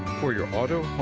for your auto,